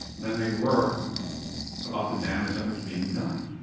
than they were about the damage that was being done.